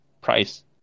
price